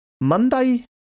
Monday